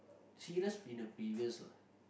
serious in the previous lah